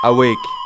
Awake